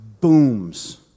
booms